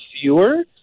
fewer